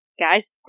Guys